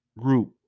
group